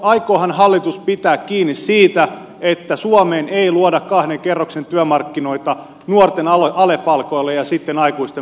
aikoohan hallitus pitää kiinni siitä että suomeen ei luoda kahden kerroksen työmarkkinoita nuorten ale palkoille ja sitten aikuisten muille palkoille